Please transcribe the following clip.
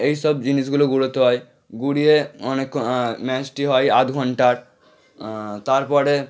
এইসব জিনিসগুলো গুড়োতে হয় গুড়িয়ে অনেকক্ষণ ম্যাচটি হয় আধঘন্টার তারপরে